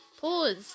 Pause